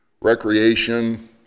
recreation